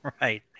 right